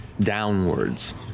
downwards